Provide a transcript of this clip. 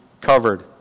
covered